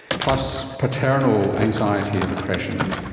plus paternal anxiety and depression,